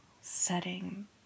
setting